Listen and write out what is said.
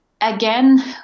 again